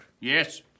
Yes